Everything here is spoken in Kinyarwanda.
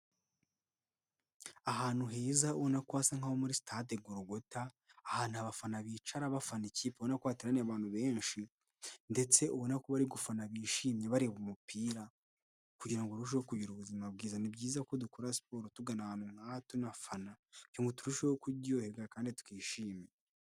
Ahantu heza ubona ko hasa nk'aho ari muri sitade Gorogota, ahantu abafana bicara bafana ikipe, ubona ko hateranira abantu benshi ndetse ubona ko bari gufana bishimye bareba umupira kugira ngo barusheho kugira ubuzima bwiza. Ni byiza ko dukora siporo tugana ahantu nk'aha tunafana kugira ngo turusheho kuryoherwa kandi twishime.